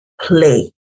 play